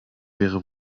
wäre